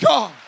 God